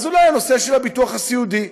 אז אולי הנושא של הביטוח הסיעודי,